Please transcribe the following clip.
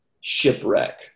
shipwreck